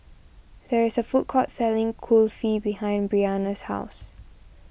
there is a food court selling Kulfi behind Breanna's house